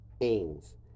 aims